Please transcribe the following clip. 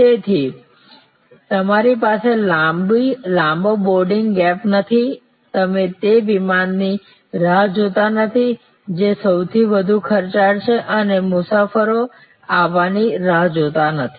તેથી તમારી પાસે લાંબો બોર્ડિંગ ગેપ નથી તમે તે વિમાનની રાહ જોતા નથી જે સૌથી વધુ ખર્ચાળ છે અને મુસાફરો આવવાની રાહ જોતા નથી